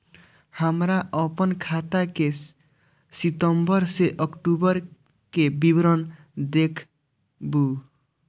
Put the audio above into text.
हमरा अपन खाता के सितम्बर से अक्टूबर के विवरण देखबु?